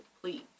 please